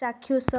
ଚାକ୍ଷୁଷ